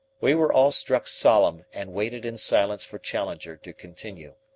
we were all struck solemn and waited in silence for challenger to continue.